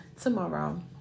tomorrow